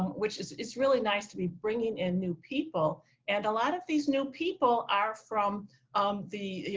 which is is really nice to be bringing in new people and a lot of these new people are from the, you